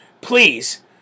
please